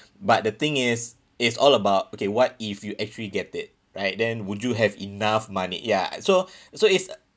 but the thing is it's all about okay what if you actually get it right then would you have enough money ya so so it's